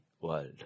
world